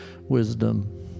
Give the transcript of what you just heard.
wisdom